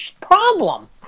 problem